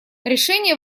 решение